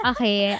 Okay